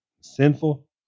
sinful